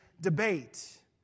debate